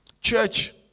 church